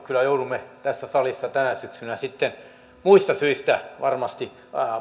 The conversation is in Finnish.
kyllä joudumme tässä salissa tänä syksynä muista syistä varmasti